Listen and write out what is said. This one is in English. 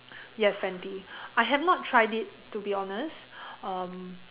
yes fenty I have not tried it to be honest um